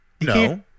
No